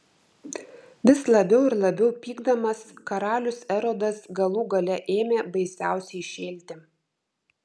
vis labiau ir labiau pykdamas karalius erodas galų gale ėmė baisiausiai šėlti